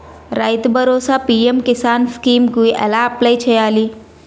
రైతు భరోసా PM Kisan scheme కు ఎలా అప్లయ్ చేయాలి?